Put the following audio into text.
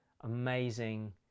amazing